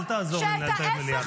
אל תעזור לי לנהל את המליאה.